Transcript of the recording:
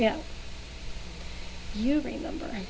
yeah you remember